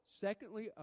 Secondly